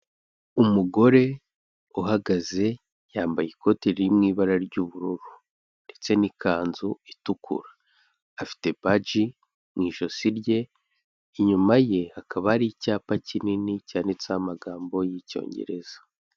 Umugore uhagaze yambaye ikote riri mu ibara ry'ubururu ndetse n'ikanzu itukura, afite baji mu ijosi rye, inyuma ye hakaba hari icyapa kinini cyanditseho amagambo y'Icyongereza.